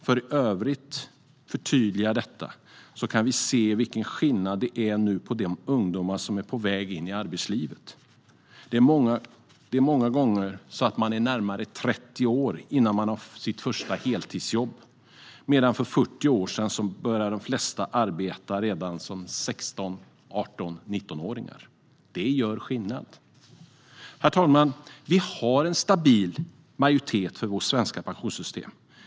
För att i övrigt förtydliga detta kan vi se vilken skillnad det nu är på de ungdomar som är på väg in i arbetslivet. Man är många gånger närmare 30 år innan man har sitt första heltidsjobb, medan för 40 år sedan började de flesta arbeta redan som 16-, 18 eller 19-åringar. Det gör skillnad. Herr talman! Vi har en stabil majoritet för vårt svenska pensionssystem.